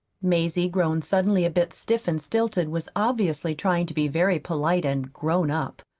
mazie, grown suddenly a bit stiff and stilted, was obviously trying to be very polite and grown up.